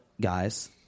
guys